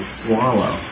swallow